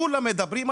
כולם מדברים,